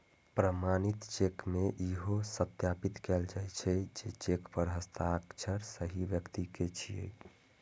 प्रमाणित चेक मे इहो सत्यापित कैल जाइ छै, जे चेक पर हस्ताक्षर सही व्यक्ति के छियै